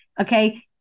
okay